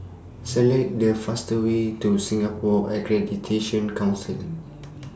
Select The fastest Way to Singapore Accreditation Council